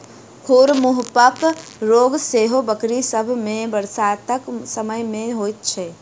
खुर मुँहपक रोग सेहो बकरी सभ मे बरसातक समय मे होइत छै